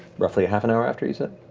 roughly half an hour after you said?